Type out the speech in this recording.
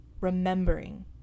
remembering